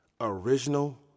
Original